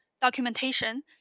documentation